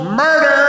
murder